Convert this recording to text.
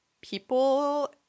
people